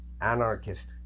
anarchist